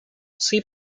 see